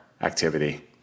activity